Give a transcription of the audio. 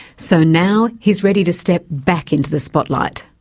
so now he's ready to step back into the spotlight.